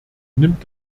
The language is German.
nimmt